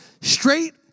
straight